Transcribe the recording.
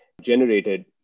generated